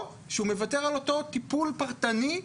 או שהוא מוותר על אותו טיפול פרטני,